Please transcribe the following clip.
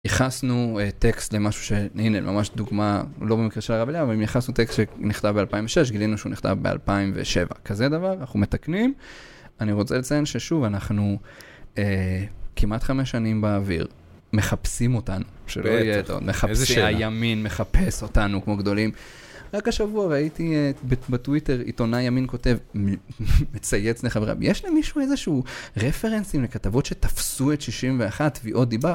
ייחסנו טקסט למשהו, הנה, ממש דוגמה, לא במקרה של שר העבודה, אבל אם ייחסנו טקסט שנכתב ב-2006, גילינו שהוא נכתב ב-2007. כזה דבר, אנחנו מתקנים. אני רוצה לציין ששוב, אנחנו כמעט חמש שנים באוויר, מחפשים אותנו, הימין מחפש אותנו כמו גדולים. רק השבוע ראיתי בטוויטר עיתונאי ימין כותב מצייץ לחברה, יש למישהו איזשהו רפרנסים לכתבות שתפסו את 61 תביעות דיבה?